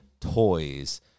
toys